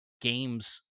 games